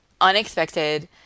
unexpected